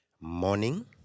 morning